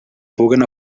puguen